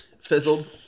fizzled